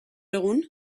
egun